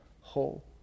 whole